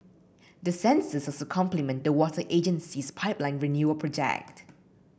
the sensors also complement the water agency's pipeline renewal project